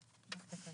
מה שאתה רוצה.